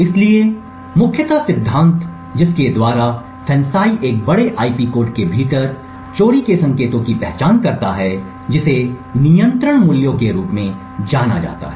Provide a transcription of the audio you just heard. इसलिए मुख्य सिद्धांत जिसके द्वारा FANCI एक बड़े आईपी कोड के भीतर चोरी के संकेतों की पहचान करता है जिसे नियंत्रण मूल्यों के रूप में जाना जाता है